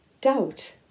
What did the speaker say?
Doubt